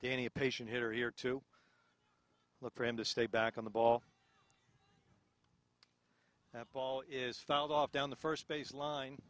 a patient hitter here to look for him to stay back on the ball that ball is filed off down the first baseline